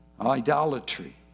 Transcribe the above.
Idolatry